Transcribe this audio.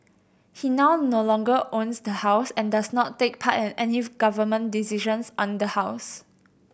he now no longer own the house and does not take part in any government decisions on the house